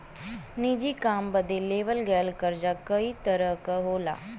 निजी काम बदे लेवल गयल कर्जा कई तरह क होला